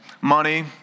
Money